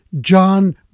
John